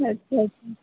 अच्छा अच्छा